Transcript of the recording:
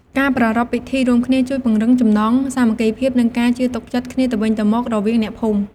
ការប្រារព្ធពិធីរួមគ្នា ជួយពង្រឹងចំណងសាមគ្គីភាព និងការជឿទុកចិត្តគ្នាទៅវិញទៅមករវាងអ្នកភូមិ។